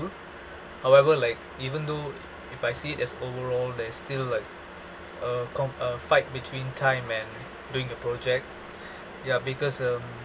however like even though i~ if I see it as overall there's still like uh com~ uh fight between time and doing the project ya because um